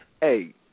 hey